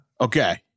okay